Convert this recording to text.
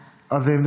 היושב-ראש?